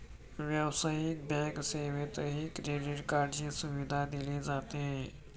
व्यावसायिक बँक सेवेतही क्रेडिट कार्डची सुविधा दिली जाते